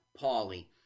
Paulie